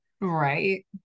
right